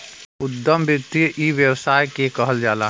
उद्यम वृत्ति इ व्यवसाय के कहल जाला